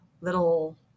little